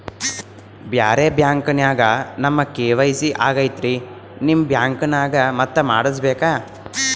ಬ್ಯಾರೆ ಬ್ಯಾಂಕ ನ್ಯಾಗ ನಮ್ ಕೆ.ವೈ.ಸಿ ಆಗೈತ್ರಿ ನಿಮ್ ಬ್ಯಾಂಕನಾಗ ಮತ್ತ ಮಾಡಸ್ ಬೇಕ?